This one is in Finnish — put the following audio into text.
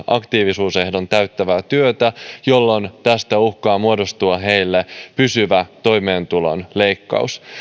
aktiivisuusehdon täyttävää työtä jolloin tästä uhkaa muodostua heille pysyvä toimeentulon leikkaus